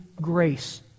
grace